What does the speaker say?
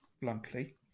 bluntly